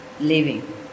living